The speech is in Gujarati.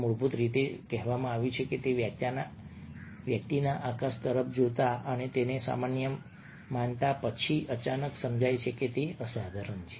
મૂળભૂત રીતે જે કહેવામાં આવ્યું છે તે વ્યક્તિના આકાશ તરફ જોતા અને તેને સામાન્ય માનતા અને પછી અચાનક સમજાય છે કે તે અસાધારણ છે